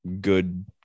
good